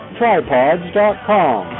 tripods.com